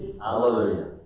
Hallelujah